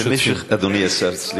אדוני השר,